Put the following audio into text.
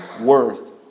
worth